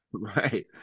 right